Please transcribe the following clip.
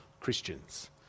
Christians